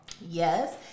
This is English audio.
yes